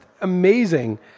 amazing